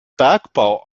bergbau